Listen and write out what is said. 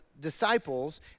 disciples